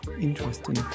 Interesting